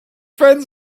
friend